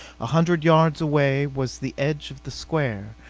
a hundred yards away was the edge of the square,